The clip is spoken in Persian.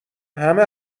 همه